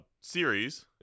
series